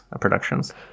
productions